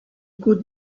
could